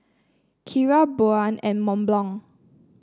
Akira Braun and Mont Blanc